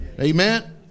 Amen